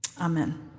Amen